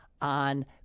on